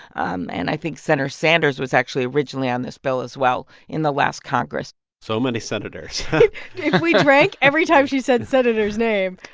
um and i think senator sanders was actually originally on this bill as well in the last congress so many senators if we drank every time she said senator's name.